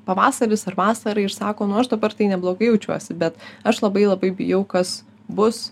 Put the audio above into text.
pavasaris ar vasara ir sako nu aš dabar tai neblogai jaučiuosi bet aš labai labai bijau kas bus